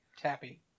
Tappy